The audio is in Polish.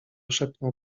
szepnął